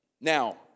Now